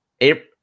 April